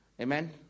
Amen